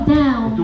down